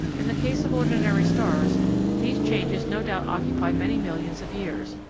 in the case of ordinary stars these changes no doubt occupy many millions of years,